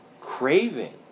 craving